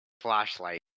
flashlight